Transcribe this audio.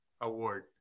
award